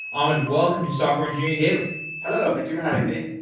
um and welcome to software engineering daily hello, thank you for having me.